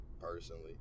personally